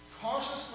consciously